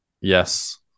Yes